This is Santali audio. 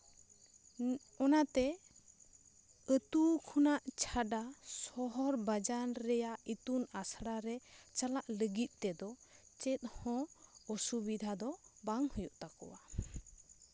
ᱚᱱᱟᱛᱮ ᱟᱛᱳ ᱠᱷᱚᱱᱟᱜ ᱪᱷᱟᱰᱟ ᱥᱚᱦᱚᱨ ᱵᱟᱡᱟᱨ ᱨᱮᱭᱟᱜ ᱤᱛᱩᱱ ᱟᱥᱲᱟᱨᱮ ᱪᱟᱞᱟᱜ ᱞᱟᱹᱜᱤᱫ ᱛᱮᱫᱚ ᱪᱮᱫ ᱦᱚᱸ ᱚᱥᱩᱵᱤᱫᱷᱟ ᱫᱚ ᱵᱟᱝ ᱦᱩᱭᱩᱜ ᱛᱟᱠᱚᱣᱟ